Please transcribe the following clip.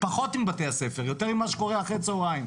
פחות עם בתי הספר, יותר עם מה שקורה אחר הצהריים.